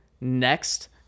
next